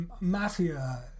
mafia